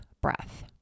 breath